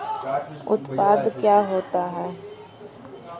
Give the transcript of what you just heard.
उत्पाद क्या होता है?